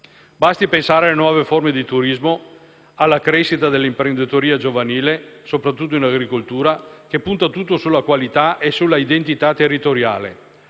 Basti pensare alle nuove forme di turismo, alla crescita dell'imprenditoria giovanile, soprattutto in agricoltura, che punta tutto sulla qualità e sulla identità territoriale.